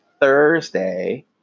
Thursday